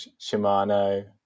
Shimano